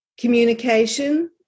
Communication